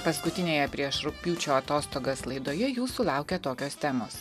paskutinėje prieš rugpjūčio atostogas laidoje jūsų laukia tokios temos